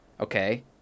okay